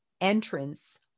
entrance